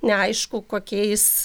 neaišku kokiais